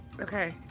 Okay